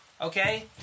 Okay